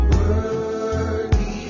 Worthy